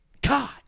God